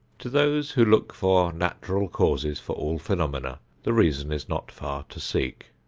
to those who look for natural causes for all phenomena the reason is not far to seek.